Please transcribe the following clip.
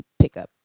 pickup